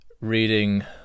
reading